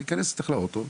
אני אכנס איתך לאוטו,